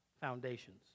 foundations